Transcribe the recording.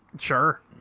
Sure